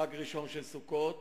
חג ראשון של סוכות,